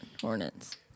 Hornets